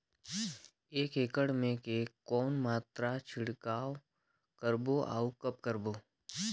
एक एकड़ मे के कौन मात्रा छिड़काव करबो अउ कब करबो?